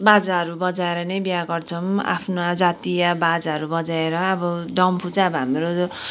बाजाहरू बजाएर नै बिहा गर्छौँ आफ्नो जातीय बाजाहरू बजाएर अब डम्फू चाहिँ अब हाम्रो